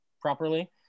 properly